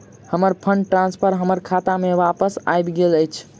हमर fund transfer हमर खाता मे बापस आबि गइल अछि